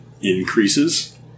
increases